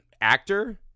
actor